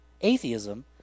atheism